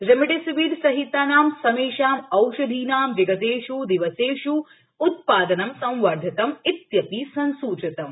remdesivir सहितानां समेषां औषधीनां विगतेष् दिवसेष् उत्पादनं संवर्धितम् इत्यपि संसूचितम्